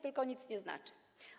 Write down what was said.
Tylko nic nie znaczy.